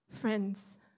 Friends